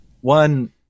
one